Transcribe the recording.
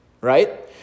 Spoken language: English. right